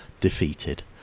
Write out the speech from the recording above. defeated